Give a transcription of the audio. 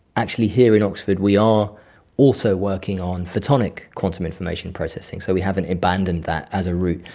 actually here in oxford we are also working on photonic quantum information processing, so we haven't abandoned that as a route.